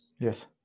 Yes